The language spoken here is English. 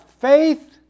faith